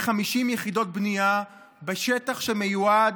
יחידות בנייה בשטח שמיועד,